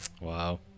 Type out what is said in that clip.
Wow